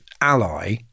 ally